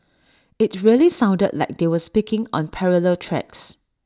IT really sounded like they were speaking on parallel tracks